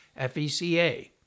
FECA